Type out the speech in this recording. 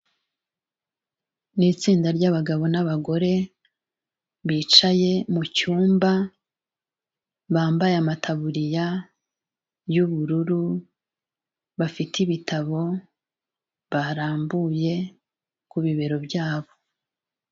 Ni itsinda ry'abagabo n'abagore bicaye mu cyumba, bambaye amataburiya y'ubururu, bafite ibitabo barambuye ku bibero byabo.